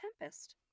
Tempest